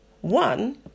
One